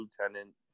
Lieutenant